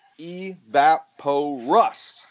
evaporust